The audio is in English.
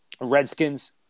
Redskins